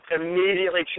immediately